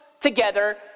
together